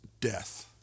death